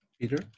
Peter